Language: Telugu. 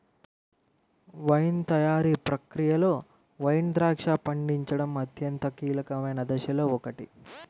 వైన్ తయారీ ప్రక్రియలో వైన్ ద్రాక్ష పండించడం అత్యంత కీలకమైన దశలలో ఒకటి